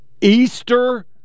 easter